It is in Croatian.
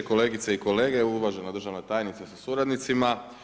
Kolegice i kolege, uvažena državna tajnice sa suradnicima.